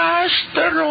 Master